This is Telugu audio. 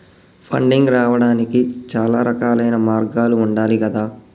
ఫండింగ్ రావడానికి చాలా రకాలైన మార్గాలు ఉండాలి గదా